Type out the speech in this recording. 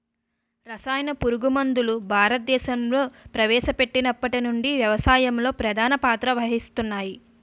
రసాయన పురుగుమందులు భారతదేశంలో ప్రవేశపెట్టినప్పటి నుండి వ్యవసాయంలో ప్రధాన పాత్ర వహిస్తున్నాయి